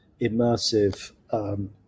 immersive